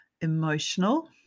emotional